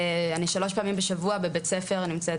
אני שלוש פעמים בשבוע בבית ספר נמצאת